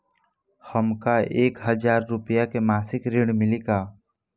हमका एक हज़ार रूपया के मासिक ऋण मिली का?